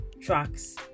tracks